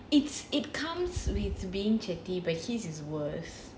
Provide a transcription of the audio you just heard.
it's it comes with being chatty but his is worst